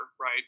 right